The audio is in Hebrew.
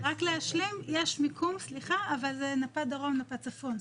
יש מיקום, אבל זה נפת דרום, נפת צפון.